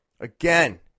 Again